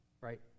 right